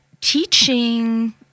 teaching